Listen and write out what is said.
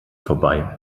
vorbei